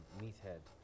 meathead